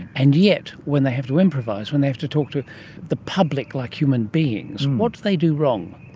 and yet when they have to improvise, when they have to talk to the public like human beings, what do they do wrong?